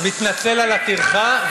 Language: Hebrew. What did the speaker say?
מתנצל על הטרחה,